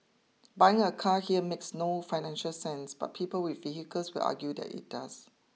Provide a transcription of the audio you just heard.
buying a car here makes no financial sense but people with vehicles will argue that it does